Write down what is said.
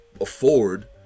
afford